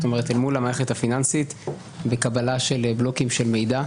מול המערכת הפיננסית בקבלת בלוקים של מידע.